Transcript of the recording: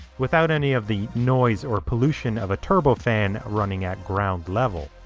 without any of the noise or pollution of a turbofan running at ground level.